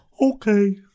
Okay